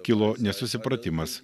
kilo nesusipratimas